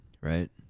right